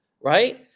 right